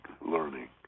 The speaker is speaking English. learning